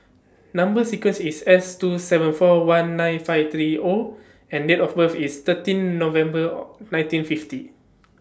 Number sequence IS S two seven four one nine five three O and Date of birth IS thirteen November nineteen fifty